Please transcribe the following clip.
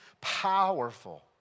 powerful